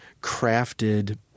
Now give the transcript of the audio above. crafted